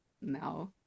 no